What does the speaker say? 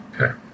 okay